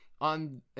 on